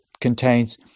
contains